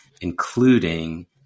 including